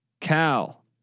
Cal